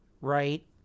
right